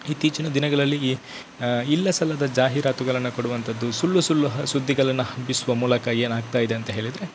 ಇತ್ತೀಚಿನ ದಿನಗಳಲ್ಲಿ ಈ ಇಲ್ಲ ಸಲ್ಲದ ಜಾಹೀರಾತುಗಳನ್ನು ಕೊಡುವಂತದ್ದು ಸುಳ್ಳು ಸುಳ್ಳು ಹ ಸುದ್ದಿಗಳನ್ನು ಹಬ್ಬಿಸುವ ಮೂಲಕ ಏನಾಗ್ತಾಯಿದೆ ಅಂತ ಹೇಳಿದ್ರೆ